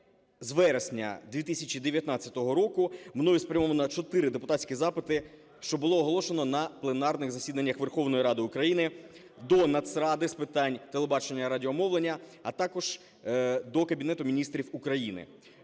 з вересня 2019 року мною спрямовано чотири депутатські запити, що було оголошено на пленарних засіданнях Верховної Ради України, до Нацради з питань телебачення і радіомовлення, а також до Кабінету Міністрів України.